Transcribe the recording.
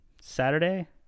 Saturday